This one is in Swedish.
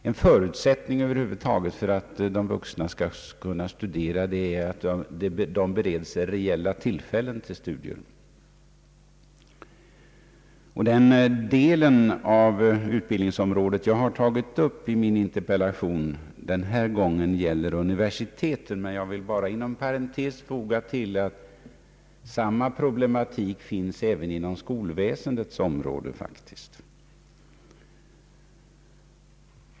En förutsättning för att de vuxna över huvud taget skall kunna studera är att reella tillfällen till studier bereds dem. Den del av utbildningsområdet som jag har tagit upp i denna interpellation omfattar universiteten, men jag vill bara inom parentes tillfoga att samma problematik finns även inom skolväsendets område.